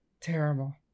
Terrible